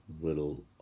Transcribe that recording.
little